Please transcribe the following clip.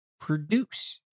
produce